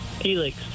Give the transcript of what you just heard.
Helix